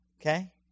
Okay